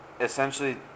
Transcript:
essentially